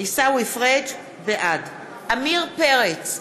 בעד עמיר פרץ,